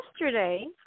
yesterday